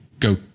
go